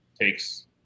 takes